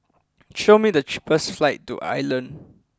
show me the cheapest flights to Ireland